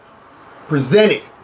presented